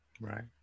Right